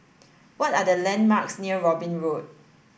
what are the landmarks near Robin Road